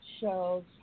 shows